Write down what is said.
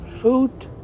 Food